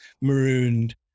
marooned